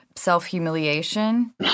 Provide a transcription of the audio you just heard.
self-humiliation